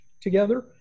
together